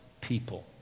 people